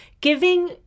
Giving